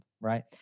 right